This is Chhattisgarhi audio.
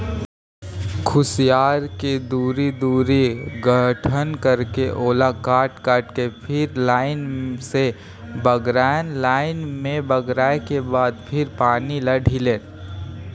खुसियार के दूरी, दूरी गठन करके ओला काट काट के फिर लाइन से बगरायन लाइन में बगराय के बाद फिर पानी ल ढिलेन